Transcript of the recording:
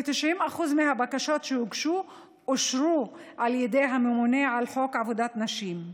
כ-90% מהבקשות שהוגשו אושרו על ידי הממונה על חוק עבודת נשים.